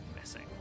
missing